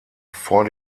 vor